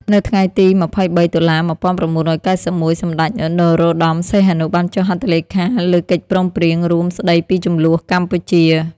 នៅថ្ងៃទី២៣ តុលា ១៩៩១ សម្តេច នរោត្តម សីហនុ បានចុះហត្ថលេខាលើកិច្ចព្រមព្រៀងរួមស្តីពីជម្លោះកម្ពុជា។